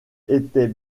était